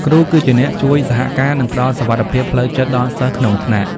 គ្រូគឺជាអ្នកជួយសហការនិងផ្តល់សុវត្ថិភាពផ្លូវចិត្តដល់សិស្សក្នុងថ្នាក់។